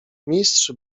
mistrz